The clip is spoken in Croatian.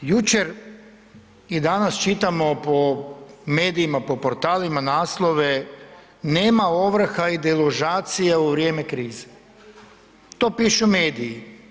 Jučer i danas čitamo po medijima, po portalima naslove, nema ovrha i deložacije u vrijeme krize, to pišu mediji.